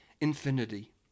infinity